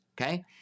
okay